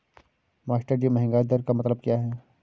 मास्टरजी महंगाई दर का मतलब क्या है?